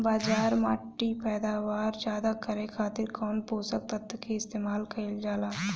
बंजर माटी के पैदावार ज्यादा करे खातिर कौन पोषक तत्व के इस्तेमाल कईल जाला?